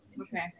Okay